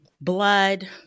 blood